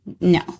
No